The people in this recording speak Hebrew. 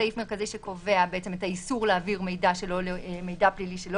להבטיח שלא רק שהם לא יוכלו לשקול את המידע הפורמלי אלא